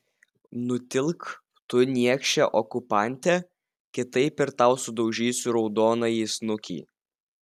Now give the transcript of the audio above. nutilk tu niekše okupante kitaip ir tau sudaužysiu raudonąjį snukį